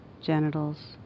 genitals